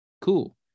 cool